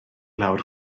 lawr